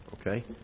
okay